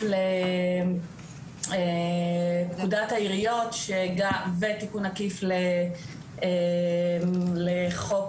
עקיף לפקודת העיריות ותיקון עקיף לחוק